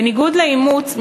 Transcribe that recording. בניגוד לאימוץ,